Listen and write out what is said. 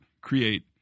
create